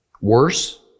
Worse